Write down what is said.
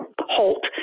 halt